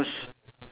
yes correct